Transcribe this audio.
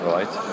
Right